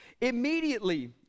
Immediately